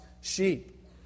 sheep